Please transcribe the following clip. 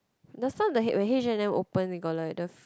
the start when H-and-M open they got like the